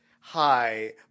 Hi